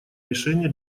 решение